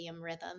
rhythm